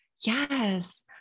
yes